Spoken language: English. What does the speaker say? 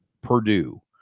Purdue